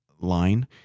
line